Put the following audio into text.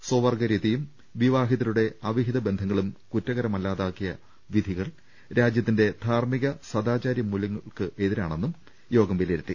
സ്വർഗ്ഗര്തിയും വിവാഹിതരുടെ അവിഹിത ബന്ധങ്ങളും കുറ്റകരമല്ലാതാക്കിയ വിധികൾ രാജ്യത്തിന്റെ ധാർമ്മിക സദാചാര മൂല്യങ്ങൾക്കെ തിരാണെന്നും യോഗം വിലയിരുത്തി